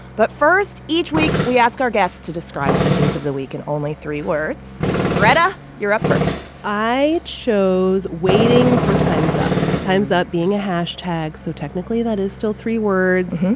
but first, each week, we ask our guests to describe some news of the week in only three words greta, you're up first i chose waiting for time's up, time's up being a hashtag. so technically, that is still three words.